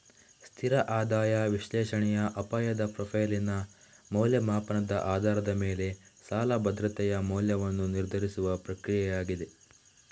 ಸ್ಥಿರ ಆದಾಯ ವಿಶ್ಲೇಷಣೆಯ ಅಪಾಯದ ಪ್ರೊಫೈಲಿನ ಮೌಲ್ಯಮಾಪನದ ಆಧಾರದ ಮೇಲೆ ಸಾಲ ಭದ್ರತೆಯ ಮೌಲ್ಯವನ್ನು ನಿರ್ಧರಿಸುವ ಪ್ರಕ್ರಿಯೆಯಾಗಿದೆ